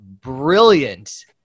brilliant